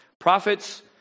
Prophets